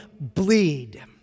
bleed